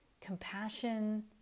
compassion